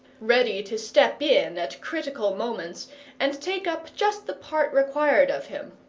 ready to step in at critical moments and take up just the part required of him.